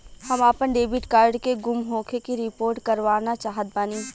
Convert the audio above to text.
हम आपन debit card के गुम होखे के रिपोर्ट करवाना चाहत बानी